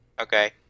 Okay